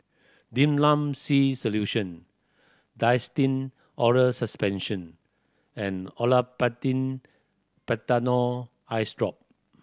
Dimlam C Solution Nystin Oral Suspension and Olapatin Patanol Eyesdrop